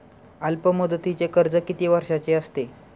अल्पमुदतीचे कर्ज किती वर्षांचे असते?